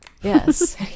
Yes